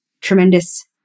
tremendous